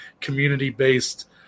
community-based